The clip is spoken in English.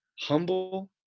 humble